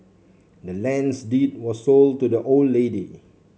the land's deed was sold to the old lady